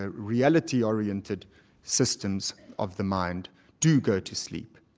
ah reality-oriented systems of the mind do go to sleep.